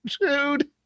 dude